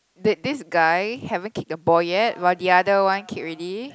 did this guy haven't kicked the ball yet but the other one kicked already